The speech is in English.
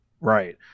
Right